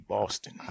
Boston